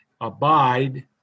Abide